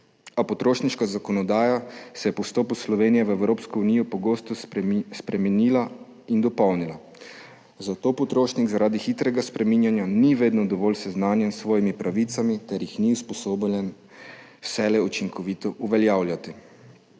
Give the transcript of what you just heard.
A potrošniška zakonodaja se je po vstopu Slovenije v Evropsko unijo pogosto spreminjala in dopolnjevala, zato potrošnik zaradi hitrega spreminjanja ni vedno dovolj seznanjen s svojimi pravicami ter jih ni usposobljen vselej učinkovito uveljavljati.